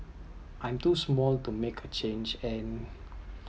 I’m too small to make a change and